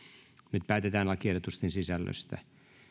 nyt päätetään lakiehdotusten sisällöstä